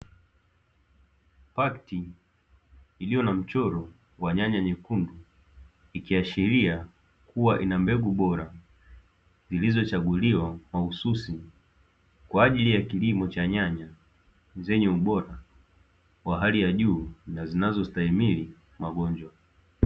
Pakiti iliyo na mchoro wa nyanya nyekundu, ikiashiria kuwa ina mbegu bora zilizochaguliwa mahususi kwa ajili ya kilimo cha nyanya, zenye ubora wa hali ya juu na zinazostahimili magonjwa.